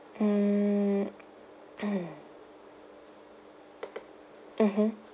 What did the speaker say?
mm mmhmm